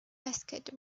asked